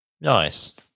Nice